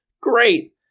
great